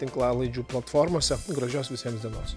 tinklalaidžių platformose gražios visiems dienos